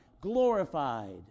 glorified